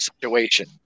situation